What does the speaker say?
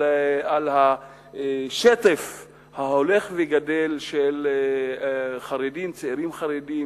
על השטף ההולך וגדל של צעירים חרדים,